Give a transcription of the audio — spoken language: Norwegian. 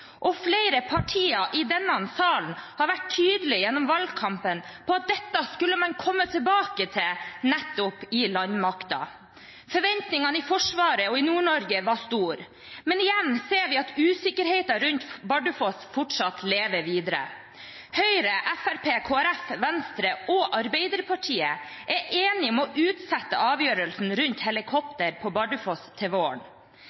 og flere partier i denne salen har gjennom valgkampen vært tydelig på at dette skulle man komme tilbake til nettopp i behandlingen av landmakten. Forventningene i Forsvaret og i Nord-Norge var store, men igjen ser vi at usikkerheten rundt Bardufoss fortsatt lever videre. Høyre, Fremskrittspartiet, Kristelig Folkeparti, Venstre og Arbeiderpartiet er enige om å utsette avgjørelsen om helikopter på Bardufoss til våren.